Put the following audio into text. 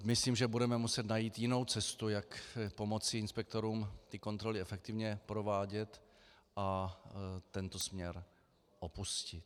Myslím, že budeme muset najít jinou cestu, jak pomoci inspektorům kontroly efektivně provádět, a tento směr opustit.